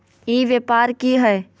ई व्यापार की हाय?